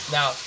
Now